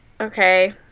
okay